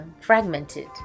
fragmented